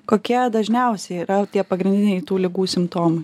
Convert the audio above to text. kokie dažniausiai yra tie pagrindiniai tų ligų simptomai